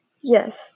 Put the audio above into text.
Yes